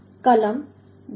કલમ 10